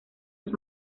los